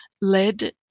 led